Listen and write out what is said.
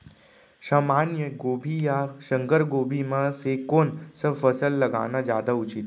सामान्य गोभी या संकर गोभी म से कोन स फसल लगाना जादा उचित हे?